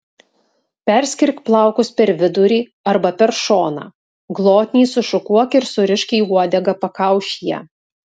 perskirk plaukus per vidurį arba per šoną glotniai sušukuok ir surišk į uodegą pakaušyje